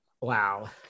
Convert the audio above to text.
Wow